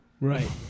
Right